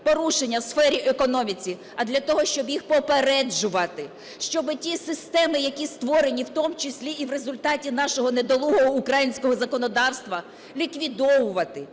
порушення в сфері економіки, а для того, щоб їх попереджувати, щоби ті системи, які створені, в тому числі і в результаті нашого недолугого українського законодавства, ліквідовувати,